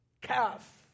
calf